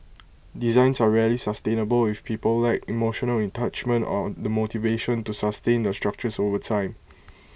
designs are rarely sustainable if people lack emotional attachment or the motivation to sustain the structures over time